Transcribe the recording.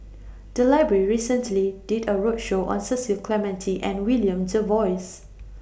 The Library recently did A roadshow on Cecil Clementi and William Jervois